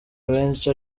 abenshi